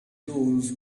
those